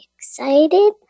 excited